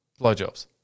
Blowjobs